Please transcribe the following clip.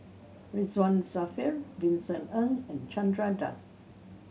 Ridzwan Dzafir Vincent Ng and Chandra Das